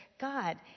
God